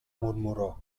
murmuró